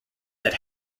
that